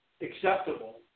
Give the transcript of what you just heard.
Acceptable